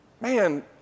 Man